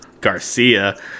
Garcia